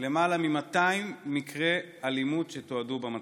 למעלה מ-200 מקרי אלימות שתועדו במצלמות.